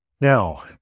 Now